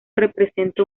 representa